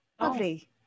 lovely